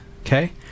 okay